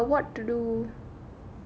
true lah but what to do